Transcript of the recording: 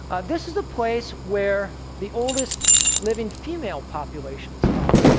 this is a place where the oldest living female population is found.